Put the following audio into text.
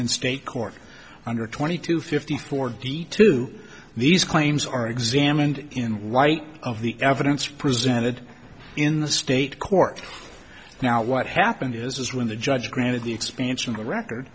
and state court under twenty two fifty forty two these claims are examined in light of the evidence presented in the state court now what happened is when the judge granted the expansion of the record